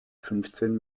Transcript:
fünfzehn